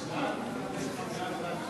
שיבוא ומישהו ויגיד שהם מקבלים.